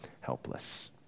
helpless